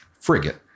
frigate